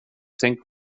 tänk